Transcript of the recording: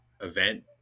event